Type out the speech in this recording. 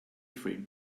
free